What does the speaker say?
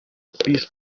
beast